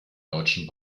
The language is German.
deutschen